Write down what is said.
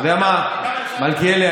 אתה יודע מה, מלכיאלי?